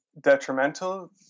detrimental